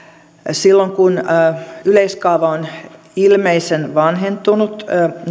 silloin kun yleiskaava on ilmeisen vanhentunut